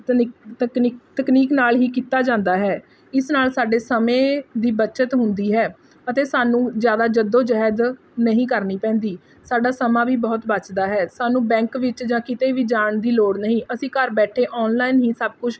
ਤਕਨੀ ਤਕਨੀਕ ਨਾਲ਼ ਹੀ ਕੀਤਾ ਜਾਂਦਾ ਹੈ ਇਸ ਨਾਲ਼ ਸਾਡੇ ਸਮੇਂ ਦੀ ਬੱਚਤ ਹੁੰਦੀ ਹੈ ਅਤੇ ਸਾਨੂੰ ਜਿਆਦਾ ਜੱਦੋ ਜਹਿਦ ਨਹੀਂ ਕਰਨੀ ਪੈਂਦੀ ਸਾਡਾ ਸਮਾਂ ਵੀ ਬਹੁਤ ਬਚਦਾ ਹੈ ਸਾਨੂੰ ਬੈਂਕ ਵਿੱਚ ਜਾ ਕਿਤੇ ਵੀ ਜਾਣ ਦੀ ਲੋੜ ਨਹੀਂ ਅਸੀਂ ਘਰ ਬੈਠੇ ਔਨਲਾਈਨ ਹੀ ਸਭ ਕੁਛ